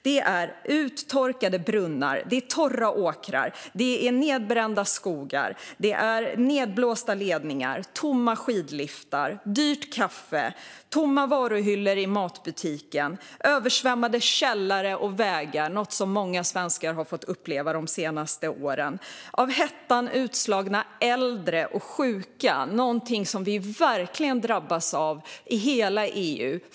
Det handlar också om uttorkade brunnar, torra åkrar, nedbrända skogar, nedblåsta ledningar, tomma skidliftar, dyrt kaffe, tomma varuhyllor i matbutiker och översvämmade källare och vägar, vilket många svenskar har fått uppleva de senaste åren. Det handlar också om hettan som leder till utslagna äldre och sjuka. Det drabbas verkligen hela EU av.